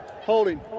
holding